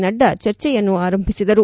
ನಡ್ದಾ ಚರ್ಚೆಯನ್ನು ಆರಂಭಿಸಿದರು